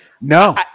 No